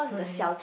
really